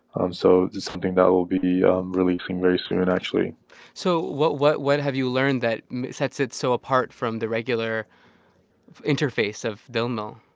and so it's something that we'll be be um releasing very soon and actually so what what have you learned that sets it so apart from the regular interface of dil mil?